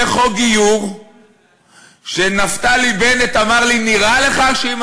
זה חוק גיור שנפתלי בנט אמר לי לגביו: נראה לך שאם